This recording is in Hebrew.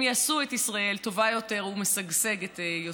הם יעשו את ישראל טובה יותר ומשגשגת יותר.